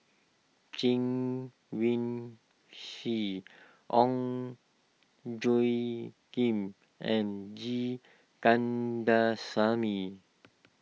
Chen Wen Hsi Ong Tjoe Kim and G Kandasamy